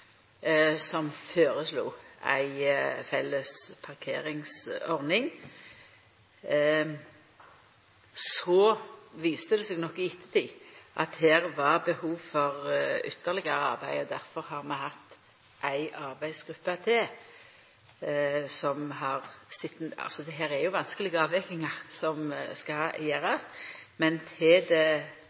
som føreslo ei felles parkeringsordning. Så viste det seg nok i ettertid at det var behov for ytterlegare arbeid. Difor har me hatt ei arbeidsgruppe til, det er jo vanskelege avvegingar som skal gjerast. Til det